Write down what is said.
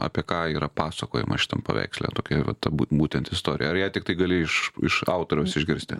apie ką yra pasakojama šitam paveiksle tokia vat būtent istorija ar ją tiktai gali iš iš autoriaus išgirsti